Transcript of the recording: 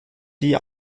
die